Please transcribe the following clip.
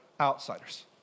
outsiders